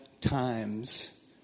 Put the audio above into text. times